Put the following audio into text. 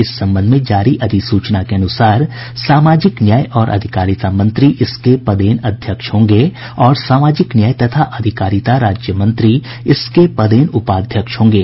इस संबंध में जारी अधिसूचना के अनुसार सामाजिक न्याय और अधिकारिता मंत्री इसके पदेन अध्यक्ष और सामाजिक न्याय तथा अधिकारिता राज्य मंत्री इसके पदेन उपाध्यक्ष होंगे